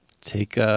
take